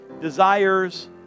desires